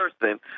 person